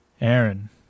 Aaron